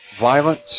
Violence